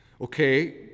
Okay